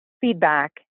feedback